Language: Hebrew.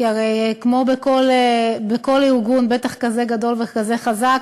כי הרי בכל ארגון, בטח כזה גדול וכזה חזק,